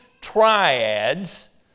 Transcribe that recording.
triads